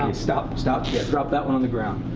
and stop. stop. drop that one on the ground.